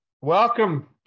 Welcome